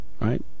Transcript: Right